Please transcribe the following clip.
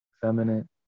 feminine